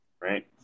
Right